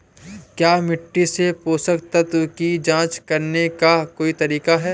क्या मिट्टी से पोषक तत्व की जांच करने का कोई तरीका है?